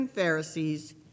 Pharisees